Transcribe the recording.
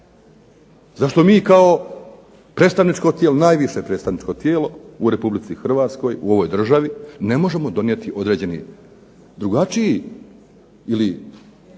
tijelo, najviše predstavničko tijelo u Republici Hrvatskoj u ovoj državi ne možemo donijeti određeni drugačiji ili